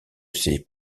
ses